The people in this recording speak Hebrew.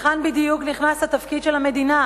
וכאן בדיוק נכנס התפקיד של המדינה,